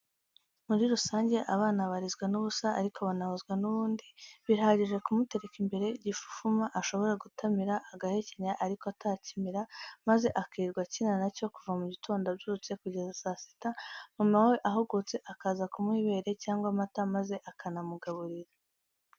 Muri rusange abana barizwa n'ubusa ariko banahozwa n'ubundi, birahagije kumutereka imbere igifufuma, ashobora gutamira, agahekenya ariko atakimira, maze akirirwa akina na cyo kuva mu gitondo abyutse kugeza saa sita, mama we ahugutse akaza kumuha ibere cyangwa amata maze akanamugaburira.